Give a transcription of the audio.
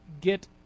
get